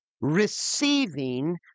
receiving